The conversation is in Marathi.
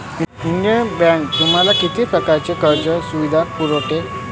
इंडियन बँक तुम्हाला किती प्रकारच्या कर्ज सुविधा पुरवते?